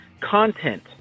content